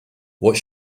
what